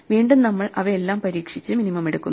വീണ്ടും നമ്മൾ അവയെല്ലാം പരീക്ഷിച്ച് മിനിമം എടുക്കുന്നു